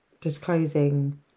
disclosing